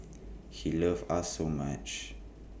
he loved us so much